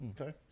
Okay